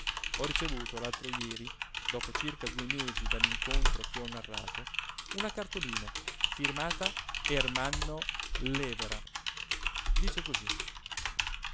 ho ricevuto l'altro jeri dopo circa due mesi dall'incontro che ho narrato una cartolina firmata ermanno lèvera dice cosí